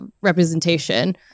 representation